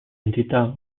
entità